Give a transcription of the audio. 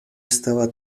estaba